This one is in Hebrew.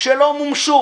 שלא מומשו